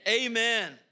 Amen